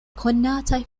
konataj